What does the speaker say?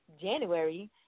January